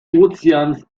ozeans